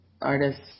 artists